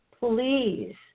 Please